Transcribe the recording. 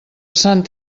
sant